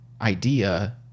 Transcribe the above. idea